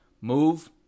Move